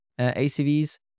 ACVs